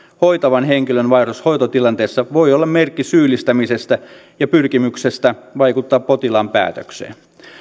hoitavan henkilön vaihdos hoitotilanteessa voi olla merkki syyllistämisestä ja pyrkimyksestä vaikuttaa potilaan päätökseen